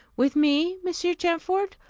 with me, monsieur champfort?